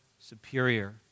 superior